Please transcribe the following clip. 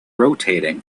rotating